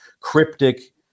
cryptic